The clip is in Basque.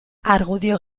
argudio